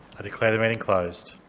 i declare the meeting closed.